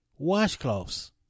washcloths